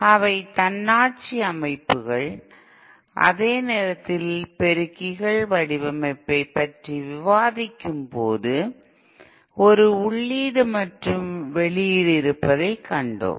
அவை தன்னாட்சி அமைப்புகள் அதே நேரத்தில் பெருக்கிகள் வடிவமைப்பைப் பற்றி விவாதிக்கும்போது ஒரு உள்ளீடு மற்றும் வெளியீடு இருப்பதைக் கண்டோம்